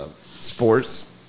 sports